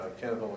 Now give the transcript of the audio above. Kenneth